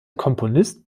komponist